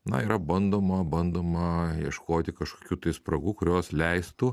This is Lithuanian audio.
na yra bandoma bandoma ieškoti kažkokių spragų kurios leistų